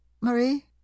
Marie